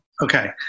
Okay